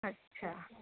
अच्छा